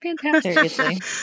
Fantastic